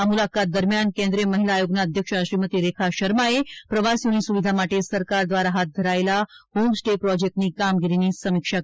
આ મુલાકાત દરમિયાન કેન્દ્રિય મહિલા આયોગના અધ્યક્ષા શ્રીમતી રેખા શર્માએ પ્રવાસીઓની સુવિધા માટે સરકાર દ્વારા હાથ ધરાયેલા હોમ સ્ટે પ્રોજેક્ટની કામગીરી સમીક્ષા કરી હતી